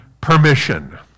permission